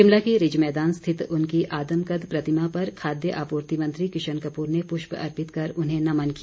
शिमला के रिज मैदान स्थित उनकी आदमकद प्रतिमा पर खाद्य आपूर्ति मंत्री किशन कपूर ने पुष्प अर्पित कर उन्हें नमन किया